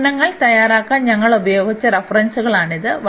പ്രഭാഷണങ്ങൾ തയ്യാറാക്കാൻ ഞങ്ങൾ ഉപയോഗിച്ച റഫറൻസുകളാണിത്